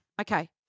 Okay